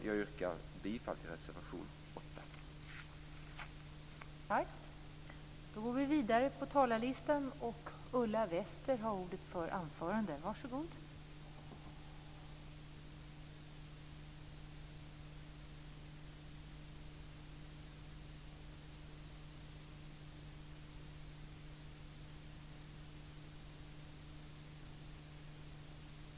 Jag yrkar bifall till reservation 8.